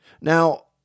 Now